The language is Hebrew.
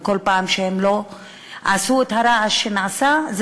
וכל פעם שהם לא עשו את הרעש שנעשה עכשיו,